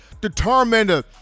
determined